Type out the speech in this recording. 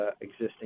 existing